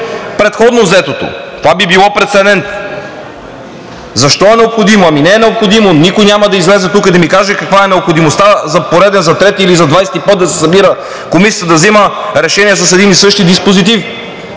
предходно взетото? Това би било прецедент. Защо е необходимо? Ами не е необходимо. Никой няма да излезе тук и да ми каже каква е необходимостта за пореден, за трети или за двадесети път да се събира Комисията и да взема решение с един и същи диспозитив!